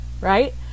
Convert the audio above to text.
right